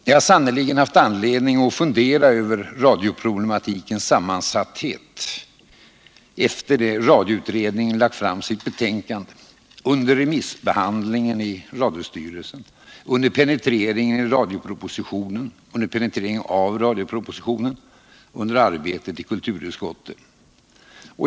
Jag har sannerligen haft anledning att fundera över hur sammansatt radioproblematiken är efter det att radioutredningen lagt fram sitt betänkande, under remissbehandlingen i radiostyrelsen, under penetreringen av radiopropositionen och under arbetet i kulturutskottet.